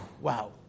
Wow